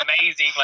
amazing